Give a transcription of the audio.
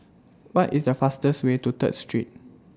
What IS The fastest Way to Third Street